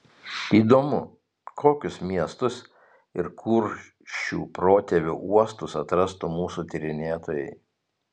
įdomu kokius miestus ir kuršių protėvių uostus atrastų mūsų tyrinėtojai